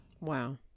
Wow